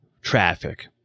traffic